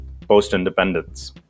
post-independence